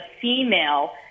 female